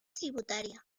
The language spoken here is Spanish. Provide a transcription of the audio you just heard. tributaria